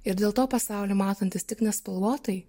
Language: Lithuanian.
ir dėl to pasaulį matantis tik nespalvotai